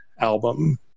album